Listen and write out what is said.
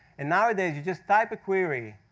and nowadays, you just type a query,